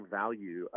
value